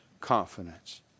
confidence